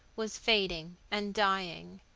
was fading and dying.